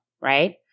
Right